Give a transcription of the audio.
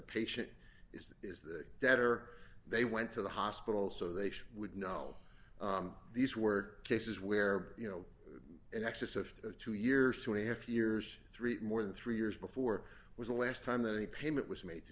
patient is is the debtor they went to the hospital so they would know these were cases where you know in excess of two years two and a half years three more than three years before was the last time that any payment was made